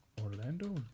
Orlando